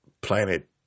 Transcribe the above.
planet